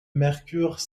mercure